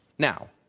now,